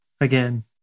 again